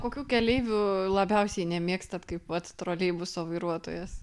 kokių keleivių labiausiai nemėgstat kai pats troleibuso vairuotojas